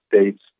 States